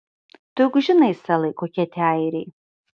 tu juk žinai selai kokie tie airiai